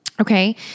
Okay